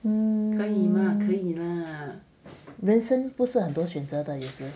um 人身不是很多选择的有时